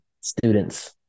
students